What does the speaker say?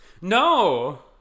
No